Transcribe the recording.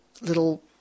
little